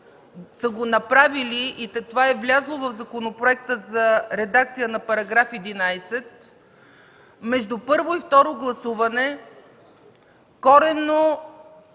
са го направили и това е влязло в законопроекта за редакция на § 11, между първо и второ гласуване корено